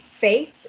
faith